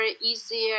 easier